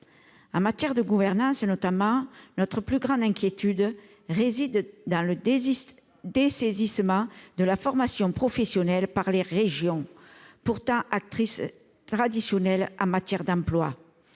En matière de gouvernance notamment, notre plus grande inquiétude réside dans le dessaisissement de la formation professionnelle par les régions, pourtant actrices traditionnelles en matière d'emploi,